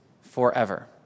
forever